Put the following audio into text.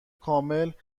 کامل